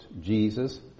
Jesus